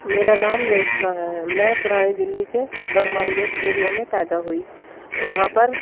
میرا نام ریشمہ ہے میں پرانی دلّی کے ترکمان گیٹ ایریا میں پیدا ہوئی وہاں پر